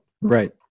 Right